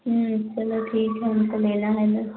चलो ठीक है हमको लेना है बस